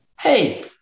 hey